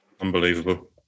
Unbelievable